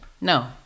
No